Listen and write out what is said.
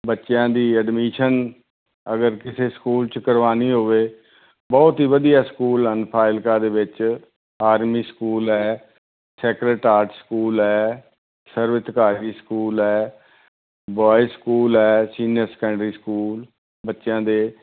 ਬੱਚਿਆਂ ਦੀ ਐਡਮਿਸ਼ਨ ਅਗਰ ਕਿਸੇ ਸਕੂਲ 'ਚ ਕਰਵਾਉਣੀ ਹੋਵੇ ਬਹੁਤ ਹੀ ਵਧੀਆ ਸਕੂਲ ਹਨ ਫਜ਼ਿਲਕਾ ਦੇ ਵਿੱਚ ਆਰਮੀ ਸਕੂਲ ਹੈ ਸੈਕਰਟ ਆਰਟ ਸਕੂਲ ਹੈ ਸਰਵਿਤਕਾਰੀ ਸਕੂਲ ਹੈ ਬੋਇਸ ਸਕੂਲ ਹੈ ਸੀਨੀਅਰ ਸੈਕੈਂਡਰੀ ਸਕੂਲ ਬੱਚਿਆਂ ਦੇ